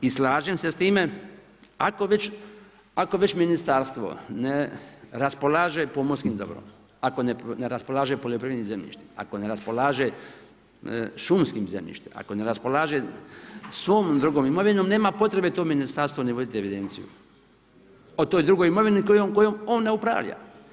I slažem se sa time, ako već ministarstvo ne raspolaže pomorskim dobrom, ako ne raspolaže poljoprivrednim zemljištem, ako ne raspolaže šumskim zemljištem, ako ne raspolaže svom drugom imovinom nema potrebe to ministarstvo ni voditi evidenciju o toj drugoj imovini kojom on ne upravlja.